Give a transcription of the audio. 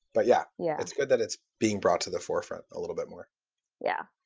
but yeah yeah, it's good that it's being brought to the forefront a little bit more yeah.